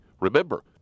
Remember